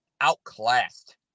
outclassed